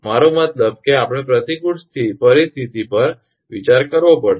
મારો મતલબ કે આપણે પ્રતિકૂળ પરિસ્થિતિ પર વિચાર કરવો પડશે